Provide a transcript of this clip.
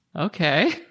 Okay